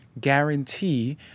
guarantee